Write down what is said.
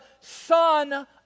son